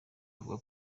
bavuga